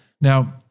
Now